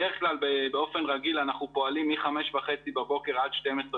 בדרך כלל באופן רגיל אנחנו פועלים מ-5:30 בבוקר עד חצות,